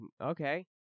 Okay